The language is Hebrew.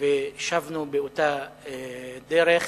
ושבנו באותה דרך.